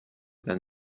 than